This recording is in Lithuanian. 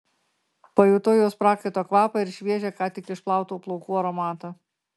pajutau jos prakaito kvapą ir šviežią ką tik išplautų plaukų aromatą